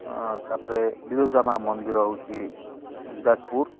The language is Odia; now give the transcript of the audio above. ତାପରେ ବିରଜା ମା ମନ୍ଦିର ହେଉଛି ଯାଜପୁର